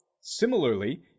similarly